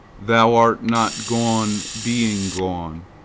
thou art not gone being gone,